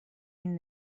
این